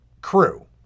crew